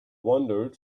wandered